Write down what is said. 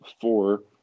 Four